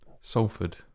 Salford